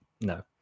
no